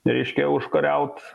reiškia užkariauti